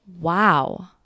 wow